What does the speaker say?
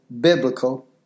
biblical